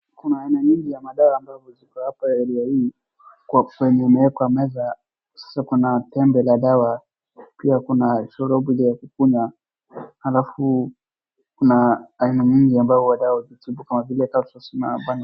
Kuna aina nyingi ya madawa ambayo iko area hii kwa kwenye kumewekwa meza sasa kuna tembe la dawa pia kuna kasorob moja ya kukunywa alafu kuna aina nyingi ambayo huwa dawa kama vile capsule .